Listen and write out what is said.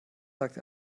sagt